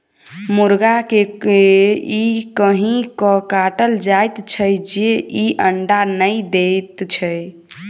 मुर्गा के ई कहि क काटल जाइत छै जे ई अंडा नै दैत छै